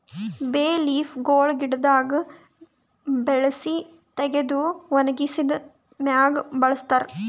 ಬೇ ಲೀಫ್ ಗೊಳ್ ಗಿಡದಾಗ್ ಬೆಳಸಿ ತೆಗೆದು ಒಣಗಿಸಿದ್ ಮ್ಯಾಗ್ ಬಳಸ್ತಾರ್